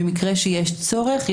במקרה שיש צורך,